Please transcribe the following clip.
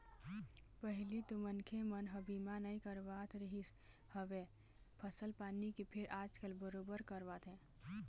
पहिली तो मनखे मन ह बीमा नइ करवात रिहिस हवय फसल पानी के फेर आजकल बरोबर करवाथे